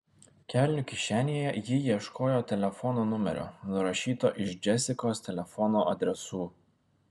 kelnių kišenėje ji ieškojo telefono numerio nurašyto iš džesikos telefono adresų